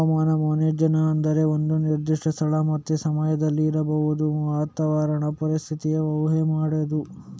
ಹವಾಮಾನ ಮುನ್ಸೂಚನೆ ಅಂದ್ರೆ ಒಂದು ನಿರ್ದಿಷ್ಟ ಸ್ಥಳ ಮತ್ತೆ ಸಮಯದಲ್ಲಿ ಇರಬಹುದಾದ ವಾತಾವರಣದ ಪರಿಸ್ಥಿತಿಯ ಊಹೆ ಮಾಡುದು